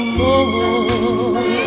more